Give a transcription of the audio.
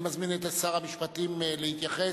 אני מזמין את שר המשפטים להתייחס,